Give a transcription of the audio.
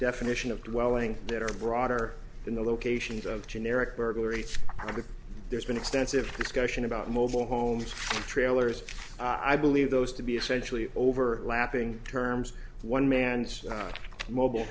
definition of dwelling that are broader than the locations of generic burglary i think there's been extensive discussion about mobile homes trailers i believe those to be essentially over lapping terms one man's mobile